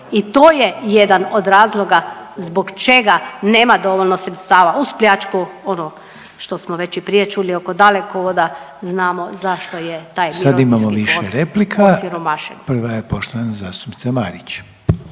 i to je jedan od razloga zbog čega nema dovoljno sredstava uz pljačku ono što smo već i prije čuli oko Dalekovoda znamo zašto je taj mirovinski fond osiromašen. **Reiner, Željko (HDZ)** Sad